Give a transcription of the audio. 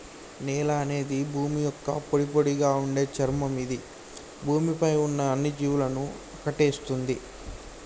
నేల అనేది భూమి యొక్క పొడిపొడిగా ఉండే చర్మం ఇది భూమి పై ఉన్న అన్ని జీవులను ఆకటేస్తుంది